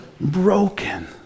broken